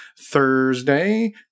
thursday